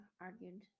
argued